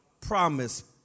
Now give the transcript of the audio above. promise